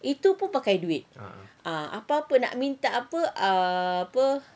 itu pun pakai duit apa-apa nak minta apa ah apa